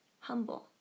humble